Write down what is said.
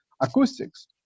acoustics